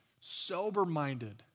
sober-minded